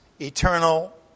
eternal